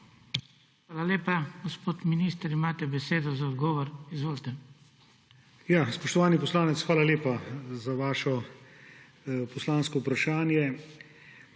Hvala lepa. Gospod minister, imate besedo za odgovor. Izvolite.